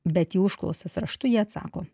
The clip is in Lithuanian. bet į užklausas raštu ji atsako